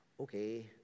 Okay